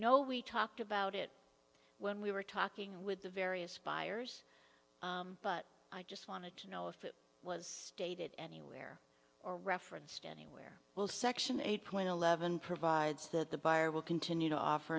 know we talked about it when we were talking with the various buyers but i just wanted to know if it was stated anywhere or referenced anywhere will section eight point eleven provides that the buyer will continue to offer